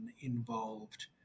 involved